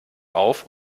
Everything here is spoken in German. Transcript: auf